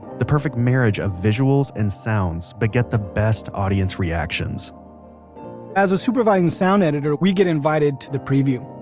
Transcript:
the perfect marriage of visuals and sounds beget the best audience reactions as a supervising sound editor we get invited to the preview.